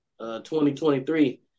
2023